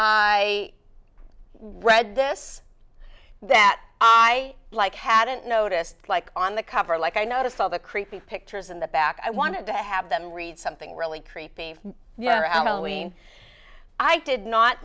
i read this that i like hadn't noticed like on the cover like i noticed all the creepy pictures in the back i wanted to have them read something really creep